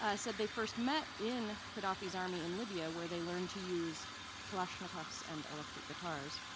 ah said they first met in gaddafi's army in libya, where they learned to use kalashnikovs and electric guitars.